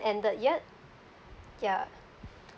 ended yet ya